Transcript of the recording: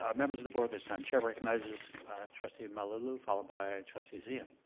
ah members of the board this time, chair recognizes trustee malauulu followed by trustee zia.